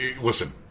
listen